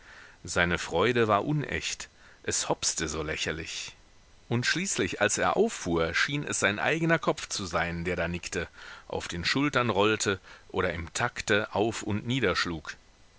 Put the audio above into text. seine freude war unecht es hopste so lächerlich und schließlich als er auffuhr schien es sein eigener kopf zu sein der da nickte auf den schultern rollte oder im takte auf und niederschlug